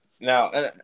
Now